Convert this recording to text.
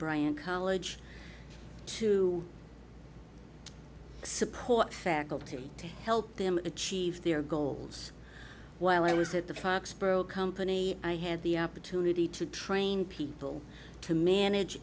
brian college to support faculty to help them achieve their goals while i was at the company i had the opportunity to train people to manage